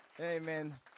Amen